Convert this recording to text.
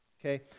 okay